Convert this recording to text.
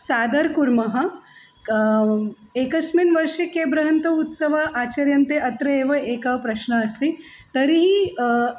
साधरं कुर्मः एकस्मिन् वर्षे के वृहन्तो उत्सवाः आचर्यन्ते अत्र एव एकः प्रश्न अस्ति तर्हि